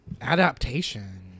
adaptation